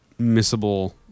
missable